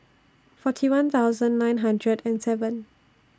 forty one thousand nine hundred and seven